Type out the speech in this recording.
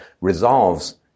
resolves